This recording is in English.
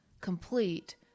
complete